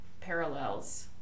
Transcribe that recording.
parallels